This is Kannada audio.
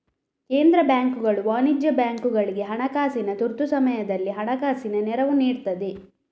ಕೇಂದ್ರ ಬ್ಯಾಂಕು ವಾಣಿಜ್ಯ ಬ್ಯಾಂಕುಗಳಿಗೆ ಹಣಕಾಸಿನ ತುರ್ತು ಸಮಯದಲ್ಲಿ ಹಣಕಾಸಿನ ನೆರವು ನೀಡ್ತದೆ